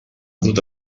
dut